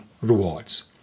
rewards